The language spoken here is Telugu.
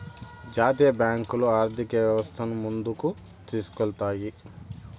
జాతీయ బ్యాంకులు ఆర్థిక వ్యవస్థను ముందుకు తీసుకెళ్తాయి